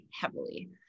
heavily